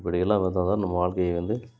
இப்படியெல்லாம் இருந்தால்தான் நம்ம வாழ்க்கையை வந்து